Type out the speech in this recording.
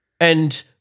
And-